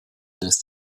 lässt